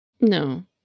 No